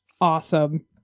awesome